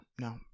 No